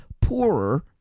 poorer